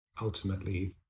ultimately